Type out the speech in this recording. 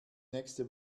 nächste